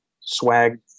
swag